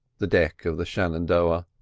the deck of the shenandoah